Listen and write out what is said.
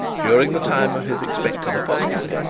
during the time of his expected apostasy,